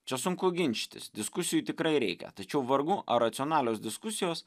čia sunku ginčytis diskusijų tikrai reikia tačiau vargu ar racionalios diskusijos